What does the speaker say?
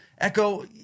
Echo